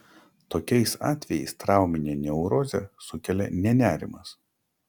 tokiais atvejais trauminę neurozę sukelia ne nerimas